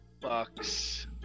Bucks